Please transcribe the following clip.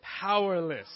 powerless